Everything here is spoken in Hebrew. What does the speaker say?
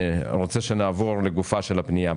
נעבור לגופה של הפנייה.